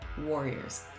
warriors